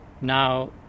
now